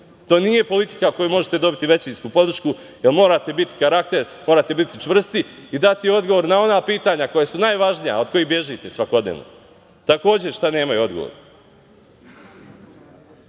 nije politika kojom možete dobiti većinsku podršku, jer morate biti karakter, morate biti čvrsti i dati odgovor na ona pitanja koja su najvažnija, a od kojih svakodnevno bežite. Takođe gde nemaju odgovor